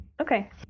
okay